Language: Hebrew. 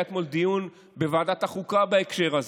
היה אתמול דיון בוועדת החוקה בהקשר הזה.